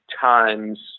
times